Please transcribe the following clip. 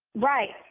right.